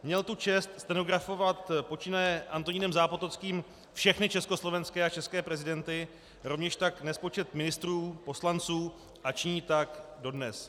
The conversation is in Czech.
Měl tu čest stenografovat počínaje Antonínem Zápotockým všechny československé a české prezidenty, rovněž tak nespočet ministrů, poslanců a činí tak dodnes.